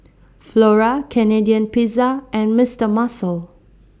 Flora Canadian Pizza and Mister Muscle